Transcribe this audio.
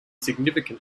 significant